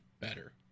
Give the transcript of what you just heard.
better